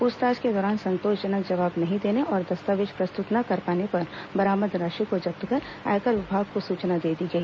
पूछताछ के दौरान संतोषजनक जवाब नहीं देने और दस्तावेज प्रस्तुत न कर पाने पर बरामद राशि को जब्त कर आयकर विभाग को सूचना दे दी गई